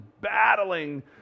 battling